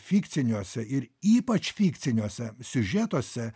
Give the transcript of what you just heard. fikciniuose ir ypač fikciniuose siužetuose